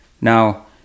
now